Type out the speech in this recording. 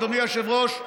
אדוני היושב-ראש,